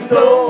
no